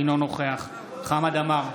אינו נוכח חמד עמאר,